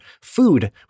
food